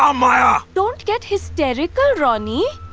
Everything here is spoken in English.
um maya. don't get hysterical, ronnie!